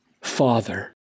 Father